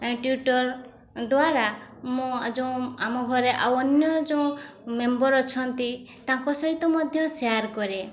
Twitter ଦ୍ୱାରା ମୁଁ ଯେଉଁ ଆମ ଘରେ ଆଉ ଅନ୍ୟ ଯେଉଁ ମେମ୍ବର ଅଛନ୍ତି ତାଙ୍କ ସହିତ ମଧ୍ୟ ସେୟାର କରେ